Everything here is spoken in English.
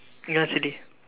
you want silly